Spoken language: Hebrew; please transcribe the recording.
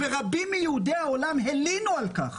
רבים מיהודי העולם הלינו על כך,